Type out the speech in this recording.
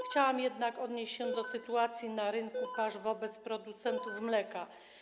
Chciałam jednak odnieść się do sytuacji na rynku pasz, do sytuacji producentów mleka.